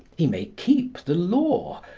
he may keep the law,